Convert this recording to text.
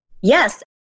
Yes